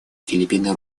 филиппины